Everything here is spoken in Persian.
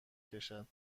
کشد